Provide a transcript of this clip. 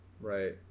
Right